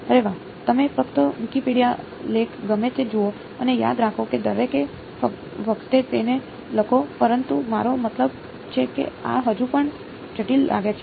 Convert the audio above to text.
અરે વાહ તમે ફક્ત વિકિપીડિયા લેખ ગમે તે જુઓ અને યાદ રાખો કે દરેક વખતે તેને લખો પરંતુ મારો મતલબ છે કે આ હજુ પણ જટિલ લાગે છે